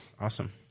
Awesome